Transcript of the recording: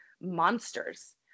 monsters